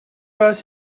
pas